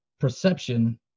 perception